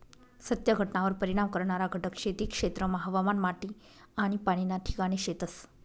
सत्य घटनावर परिणाम करणारा घटक खेती क्षेत्रमा हवामान, माटी आनी पाणी ना ठिकाणे शेतस